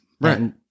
Right